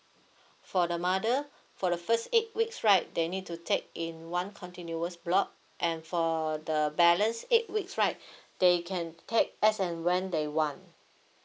for the mother for the first eight weeks right they need to take in one continuous block and for the balance eight weeks right they can t~ take as and when they want